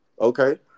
Okay